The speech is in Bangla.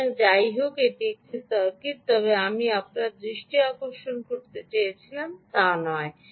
সুতরাং যাইহোক এটি একটি সার্কিট তবে আমি আপনার দৃষ্টি আকর্ষণ করতে চেয়েছিলাম তা নয়